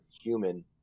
human